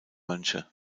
mönche